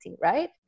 right